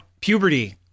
puberty